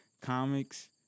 comics